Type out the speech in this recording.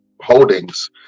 holdings